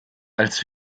als